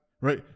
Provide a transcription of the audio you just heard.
right